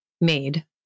made